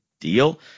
deal